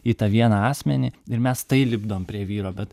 į tą vieną asmenį ir mes tai lipdome prie vyro bet